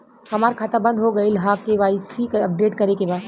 हमार खाता बंद हो गईल ह के.वाइ.सी अपडेट करे के बा?